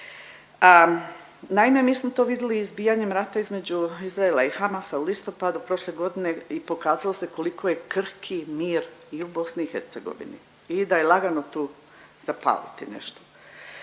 Naime mi smo to vidjeli izbijanjem rata između Izraela i Hamasa u listopadu prošle godine i pokazalo se koliko je krhki mir i u BIH i da je lagano tu zapaliti nešto.